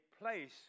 place